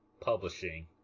Publishing